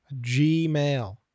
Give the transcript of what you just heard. Gmail